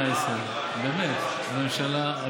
ב-2018 הממשלה,